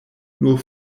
nur